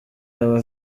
aba